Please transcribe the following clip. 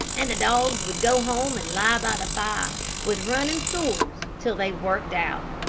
and the dogs would go home and lie by the fire with running sores till they worked out.